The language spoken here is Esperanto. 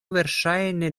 verŝajne